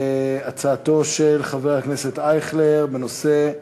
הצעתו לסדר-היום של חבר הכנסת אייכלר בנושא: